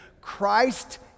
Christ